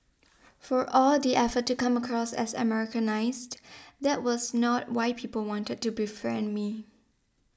for all the effort to come across as Americanised that was not why people wanted to befriend me